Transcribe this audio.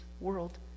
world